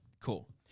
cool